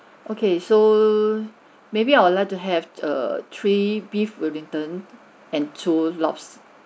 okay so maybe I would like to have err three beef wellington and two lobs~